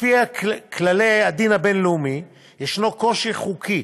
לפי כללי הדין הבין-לאומי, יש קושי חוקי